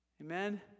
amen